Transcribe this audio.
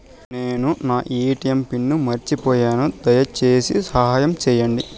నేను నా ATM pin మర్చిపోయాను, దయచేసి సహాయం చేయండి